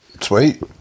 Sweet